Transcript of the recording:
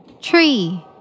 Tree